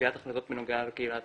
בקביעת החלטות בנוגע לקהילה הטרנסית.